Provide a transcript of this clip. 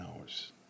hours